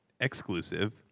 exclusive